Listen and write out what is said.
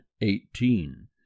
eighteen